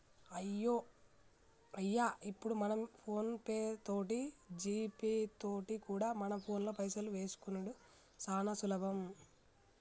అయ్యో ఇప్పుడు మనం ఫోన్ పే తోటి జీపే తోటి కూడా మన ఫోన్లో పైసలు వేసుకునిడు సానా సులభం